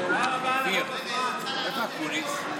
אם כן, 48 בעד ההסתייגות.